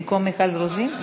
במקום מיכל רוזין?